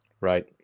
Right